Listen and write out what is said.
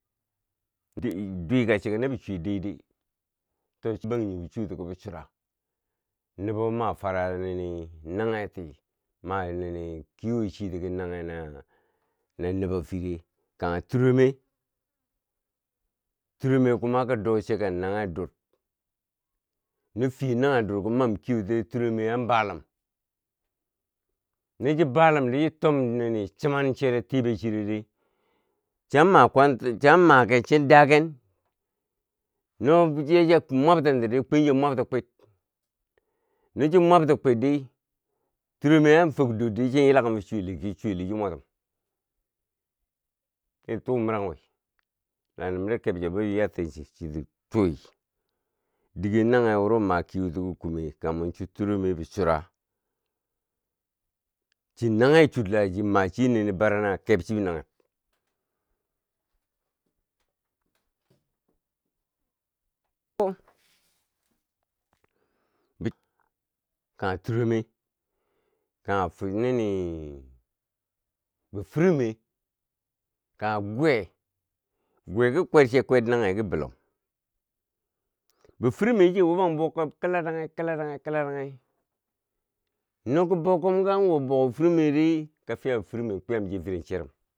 Dwika cheko nabi chuwe daidai to bangjinghe bo chuwoti ki bichura nobo ma fara nini naghe ti, ma nini kiwo cheti ki naghe na nobo fire kangye turo me, turome kuma ki doche kan naghe dur no fiye naghe durko mam ki wo tiyen turome an balum no chibalum di chi tom nini chiman che ro tiber chiredi cham ma chan magen chi dagen no chi ya cha mwabtan ten tiri kwen chi mwabti kwit, no mwabti kwitdi turo meu an fot dot di chi yila ken chiki chweleu chi mwatum, din tu mirang wi na nimde keb che bo yatti chiti chui dige nage wuro ma kiwoti ki kume kaman su turome, bichura chi nanghe chur la chi ma che nini barna keb cheb nagheb kaghe turome kanghe fur nini bi firume kanghe gwe, gwe ki kwer che kwer nanghe ki bulom, bifirumero me chia wuban buwak ko laranghi kilaranghi, kilaranghi, no ko bou kom ki kan wob buwak bifuromek ri ka fiya bifurome kwiyamche firen cherum.